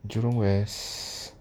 jurong west